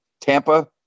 Tampa